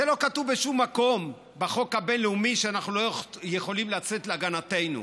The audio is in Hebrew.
לא כתוב בשום מקום בחוק הבין-לאומי שאנחנו לא יכולים לצאת להגנתנו,